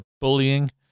bullying